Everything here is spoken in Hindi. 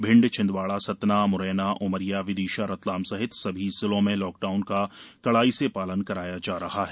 भिंड छिन्दवाड़ा सतना मुरैना उमरिया विदिशा रतलाम सहित सभी जिलों में लॉकडाउन का कड़ाई से पालन कराया जा रहा है